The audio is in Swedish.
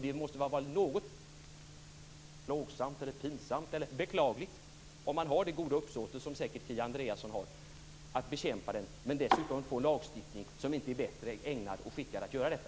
Det måste vara något pinsamt eller beklagligt om man har det goda uppsåt att bekämpa miljöbrott som Kia Andreasson säkert har att få en lagstiftning som inte är bättre skickad att göra detta.